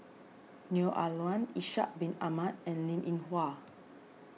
Neo Ah Luan Ishak Bin Ahmad and Linn in Hua